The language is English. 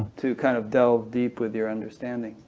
to kind of delve deep within your understanding.